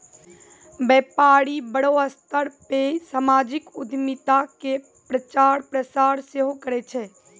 व्यपारी बड़ो स्तर पे समाजिक उद्यमिता के प्रचार प्रसार सेहो करै छै